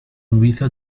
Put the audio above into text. invita